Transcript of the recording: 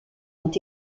ont